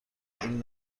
این